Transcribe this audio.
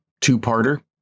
two-parter